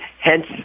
hence